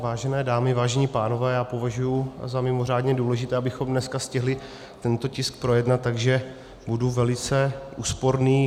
Vážené dámy, vážení pánové, považuji za mimořádně důležité, abychom dneska stihli tento tisk projednat, takže budu velice úsporný.